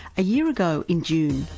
a year ago in june,